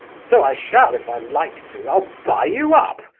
so i shall, if i like to! i'll buy you up!